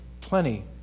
plenty